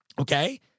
Okay